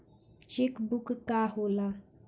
Check book का होला?